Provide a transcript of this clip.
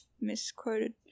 misquoted